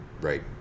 right